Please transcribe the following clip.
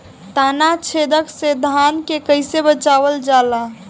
ताना छेदक से धान के कइसे बचावल जाला?